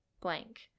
blank